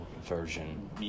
version